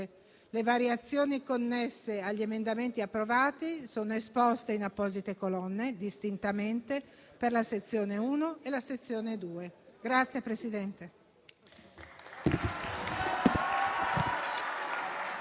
Le variazioni connesse agli emendamenti approvati sono esposte in apposite colonne, distintamente per la sezione 1 e la sezione 2.